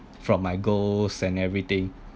from my goals and everything